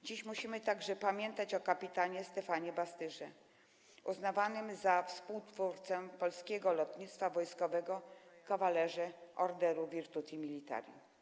Dziś musimy także pamiętać o kpt. Stefanie Bastyrze, uznawanym za współtwórcę polskiego lotnictwa wojskowego, kawalerze Orderu Virtuti Militari.